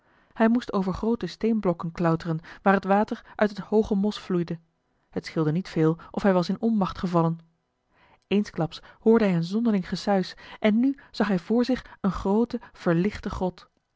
hij moest over groote steenblokken klauteren waar het water uit het hooge mos vloeide het scheelde niet veel of hij was in onmacht gevallen eensklaps hoorde hij een zonderling gesuis en nu zag hij voor zich een groote verlichte grot